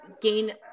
gain